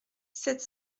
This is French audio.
sept